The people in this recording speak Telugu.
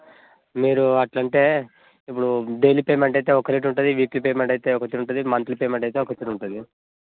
మీరు అలా అంటే ఇప్పుడు డైలీ పేమెంట్ అయితే ఒక రేట్ ఉంటుంది వీక్లీ పేమెంట్ అయితే ఒకటి ఉంది మంత్లీ పేమెంట్ అయితే ఒక తీరు ఉంటుంది